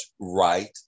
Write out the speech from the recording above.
right